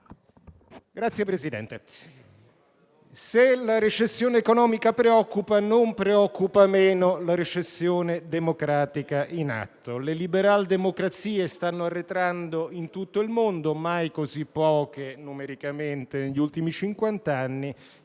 se la recessione economica preoccupa, non preoccupa meno la recessione democratica in atto. Le liberaldemocrazie stanno arretrando in tutto il mondo: non sono state mai così poche numericamente negli ultimi cinquanta